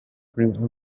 been